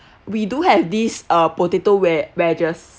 we do have this uh potato we~ wedges